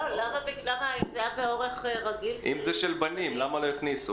אם זה מכנסיים של בנים אז למה לא הכניסו?